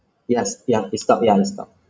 yes ya it stopped ya it stopped